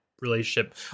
relationship